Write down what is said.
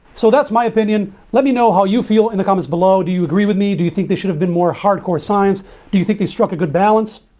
so that's my opinion let me know how you feel in the comments below. do you agree with me? do you think they should have been more hardcore science? do you think they struck a good balance?